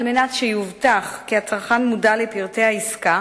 על מנת שיובטח כי הצרכן מודע לפרטי העסקה,